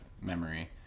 memory